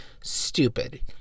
stupid